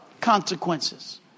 consequences